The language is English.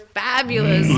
fabulous